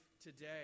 today